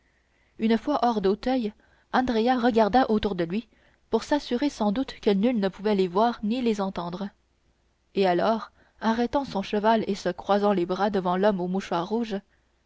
une fois hors d'auteuil andrea regarda autour de lui pour s'assurer sans doute que nul ne pouvait ni les voir ni les entendre et alors arrêtant son cheval et se croisant les bras devant l'homme au mouchoir rouge